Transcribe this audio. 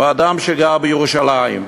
או אדם שגר בירושלים,